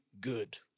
good